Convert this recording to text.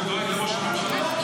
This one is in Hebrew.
אתה דואג לראש הממשלה?